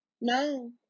No